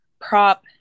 prop